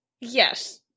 Yes